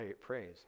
praise